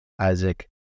Isaac